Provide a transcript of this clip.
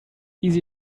easy